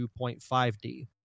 2.5D